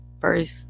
first